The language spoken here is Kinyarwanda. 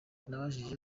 nabajije